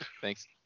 Thanks